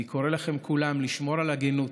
אני קורא לכם, כולם, לשמור על הגינות,